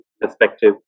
perspective